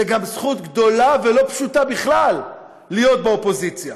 וזו גם זכות גדולה ולא פשוטה בכלל להיות באופוזיציה.